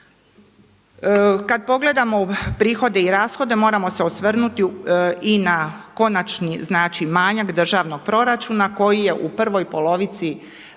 Kada pogledamo prihode i rashode moramo se osvrnuti i na konačni manjak državnog proračuna koji je u prvoj polovici